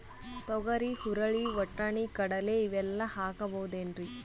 ತೊಗರಿ, ಹುರಳಿ, ವಟ್ಟಣಿ, ಕಡಲಿ ಇವೆಲ್ಲಾ ಹಾಕಬಹುದೇನ್ರಿ?